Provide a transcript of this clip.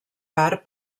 part